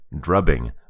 drubbing